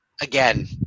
again